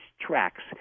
tracks